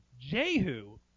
Jehu